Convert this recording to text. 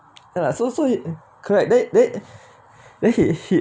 ya lah so so it correct then then then he he